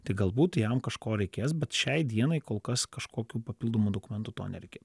tik galbūt jam kažko reikės bet šiai dienai kol kas kažkokių papildomų dokumentų to nereikia